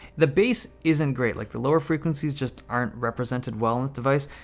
the base isn't great. like the lower frequencies just aren't represented well in this device,